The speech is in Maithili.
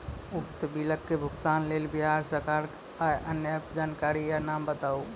उक्त बिलक भुगतानक लेल बिहार सरकारक आअन्य एप के जानकारी या नाम बताऊ?